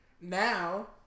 Now